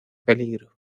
peligro